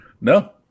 No